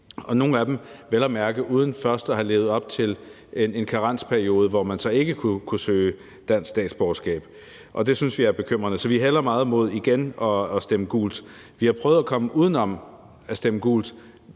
nogle af dem vel at mærke uden først at have haft en karensperiode, hvor man så ikke kunne søge dansk statsborgerskab. Det synes vi er bekymrende. Så vi hælder meget imod igen at stemme gult. Vi har prøvet at komme uden om at stemme gult